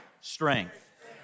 strength